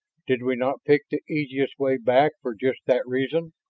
did we not pick the easiest way back for just that reason?